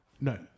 No